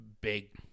big